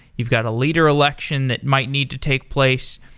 you've got a leader election that might need to take place,